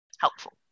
Helpful